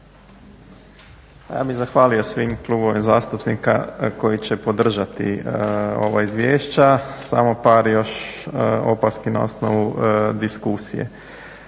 ja bih zahvalio svim klubovima zastupnika koji će podržati ova izvješća. Samo par još opaski na osnovu diskusije.